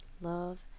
love